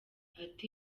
ati